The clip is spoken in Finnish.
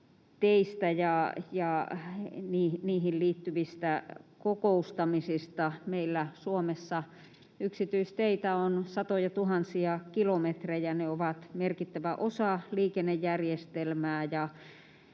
ja niihin liittyvistä kokoustamisista. Meillä Suomessa yksityisteitä on satojatuhansia kilometrejä. Ne ovat merkittävä osa liikennejärjestelmää